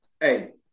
Hey